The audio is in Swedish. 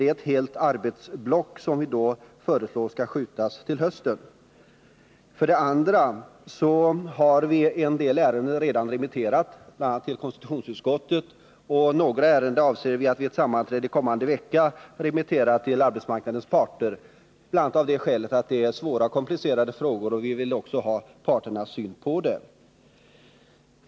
Det är ett helt arbetsblock som vi föreslår skall skjutas till hösten. För det andra har vi redan remitterat en del ärenden bl.a. till konstitutionsutskottet. Några ärenden avser vi att vid sammanträde kommande vecka remittera till arbetsmarknadens parter, bl.a. därför att de rör svåra och komplicerade frågor, och vi vill därför ha parternas syn på dem.